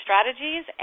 strategies